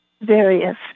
various